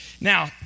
Now